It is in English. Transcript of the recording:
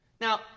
Now